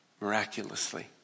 miraculously